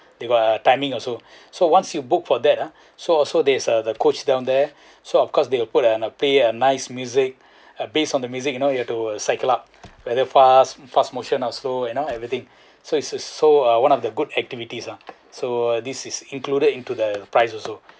they got uh timing also so once you book for that ah so also there's a coach down there so of course they will put an appear and nice music and based on the music you know you've to cycle up whether fast fast motion or slow you know everything so it's a so one of the good activities ah so this is included into the price also